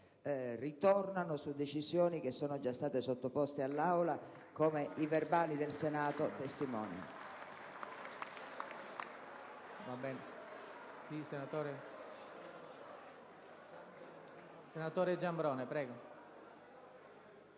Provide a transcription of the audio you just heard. ritornano su decisioni che sono già state sottoposte all'Aula, come i verbali del Senato testimoniano.